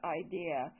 idea